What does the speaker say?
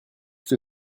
que